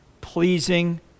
pleasing